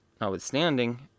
notwithstanding